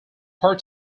part